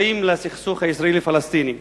הקשורים לסכסוך הישראלי פלסטיני.